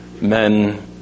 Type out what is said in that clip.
men